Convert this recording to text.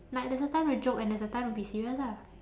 like there's a time to joke and there's a time to be serious ah